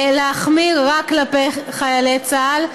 להחמיר רק כלפי חיילי צה"ל.